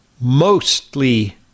mostly